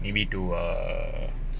maybe to err